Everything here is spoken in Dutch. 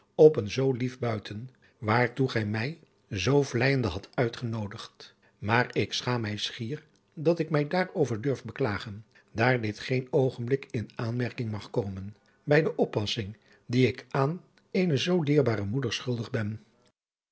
op een zoo lief buiten waartoe gij mij zoo vleijende hadt uitgenoodigd maar ik schaam mij schier dat ik mij daarover durf beklagen daar dit geen oogenblik in aanmerking mag komen bij de adriaan loosjes pzn het leven van hillegonda buisman oppassing die ik aan eene zoo dierbare moeder schuldig ben